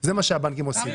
זה מה שהבנקים עושים.